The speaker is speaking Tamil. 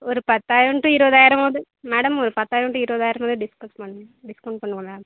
ஒரு பத்தாயிரம் டு இருபதாயிரமாவது மேடம் ஒரு பத்தாயிரம் டு இருபதாயிரமாவது டிஸ்கவுண்ட் டிஸ்கவுண்ட் பண்ணுங்கள் மேம்